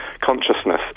consciousness